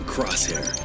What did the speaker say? Crosshair